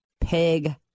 pig